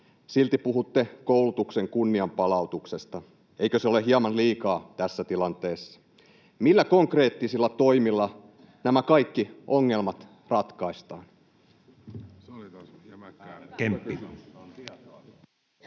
silti puhutte koulutuksen kunnianpalautuksesta. Eikö se ole hieman liikaa tässä tilanteessa? Millä konkreettisilla toimilla nämä kaikki ongelmat ratkaistaan?